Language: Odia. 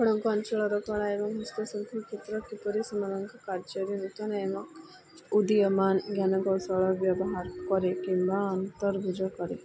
ଆପଣଙ୍କ ଅଞ୍ଚଳର ଏବଂ ହସ୍ତଶିଳ୍ପୀ କ୍ଷେତ୍ର କିପରି ସେମାନଙ୍କ କାର୍ଯ୍ୟରେୀ ନୂତନ ଏବଂ ଉଦ୍ଦୀୟମାନାନ ଜ୍ଞାନକୌଶଳ ବ୍ୟବହାର କରେ କିମ୍ବା ଅନ୍ତର୍ଭୁଜ କରେ